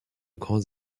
grands